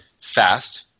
fast